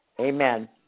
Amen